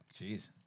Jeez